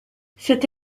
cette